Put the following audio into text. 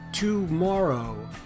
Tomorrow